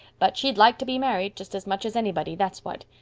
but she'd like to be married, just as much as anybody, that's what.